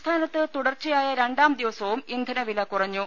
സംസ്ഥാനത്ത് തുടർച്ചയായ രണ്ടാം ദിവസവും ഇന്ധന വില കുറഞ്ഞു